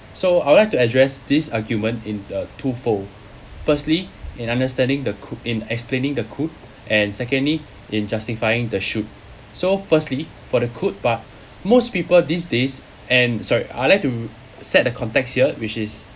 so I would like to address this argument in a twofold firstly in understanding the coo~ in explaining the could and secondly in justifying the should so firstly for the could part most people these days and so~ I like to set the context here which is